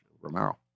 Romero